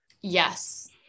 Yes